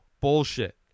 bullshit